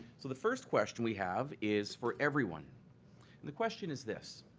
so the first question we have is for everyone and the question is this,